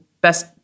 best